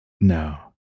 No